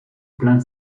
plein